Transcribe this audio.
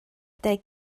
deg